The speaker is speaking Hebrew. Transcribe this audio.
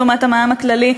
לעומת המע"מ הכללי,